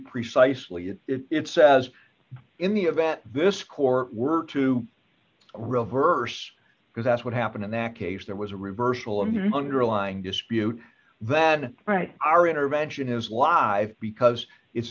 precisely and it says in the event this court were to reverse because that's what happened in that case there was a reversal and underlying dispute then right our intervention is live because it's